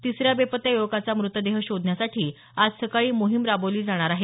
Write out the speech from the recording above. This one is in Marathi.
तिसऱ्या बेपत्ता युवकाचा मुतदेह शोधण्यासाठी आज सकाळी मोहिम राबवली जाणार आहे